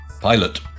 pilot